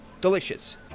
delicious